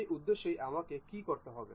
সেই উদ্দেশ্যেই আমাকে কী করতে হবে